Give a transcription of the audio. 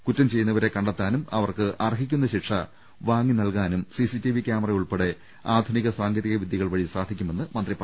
കുറ്റം ചെ യ്യുന്നവരെ കണ്ടെത്താനും അവർക്ക് അർഹിക്കുന്ന ശിക്ഷ വാങ്ങി നൽകാനും C C T V camera ഉൾപ്പെടെ ആധുനിക സാങ്കേതിക വിദ്യകൾ വഴി സാധി ക്കുമെന്ന് മന്ത്രി പറഞ്ഞു